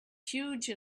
huge